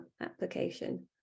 application